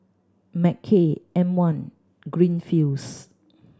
Mackay M One Greenfields